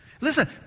Listen